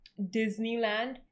disneyland